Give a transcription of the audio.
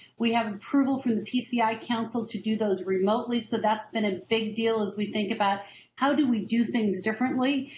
we have approval from the pci council to do those remotely so that's been a big deal as we think about how do we do things differently.